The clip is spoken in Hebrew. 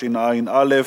התשע"א 2011,